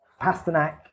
Pasternak